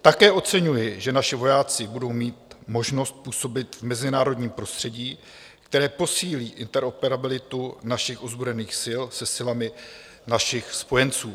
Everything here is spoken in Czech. Také oceňuji, že naši vojáci budou mít možnost působit v mezinárodním prostředí, které posílí interoperabilitu našich ozbrojených sil se silami našich spojenců.